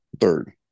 third